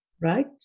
right